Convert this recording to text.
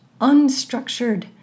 unstructured